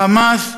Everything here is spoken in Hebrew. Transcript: ה"חמאס"